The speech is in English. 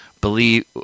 believe